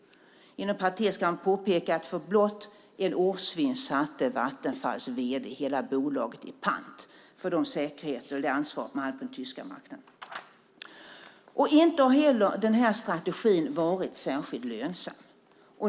Inom parentes kan jag påpeka att för blott en årsvinst satte Vattenfalls vd hela bolaget i pant för den säkerhet och det ansvar man har på den tyska marknaden. Inte heller har den här strategin varit särskilt lönsam.